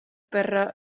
per